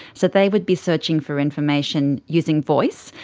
so they would be searching for information using voice,